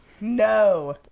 No